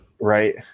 Right